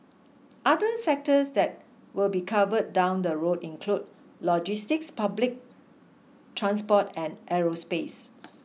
other sectors that will be covered down the road include logistics public transport and aerospace